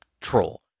troll